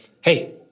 hey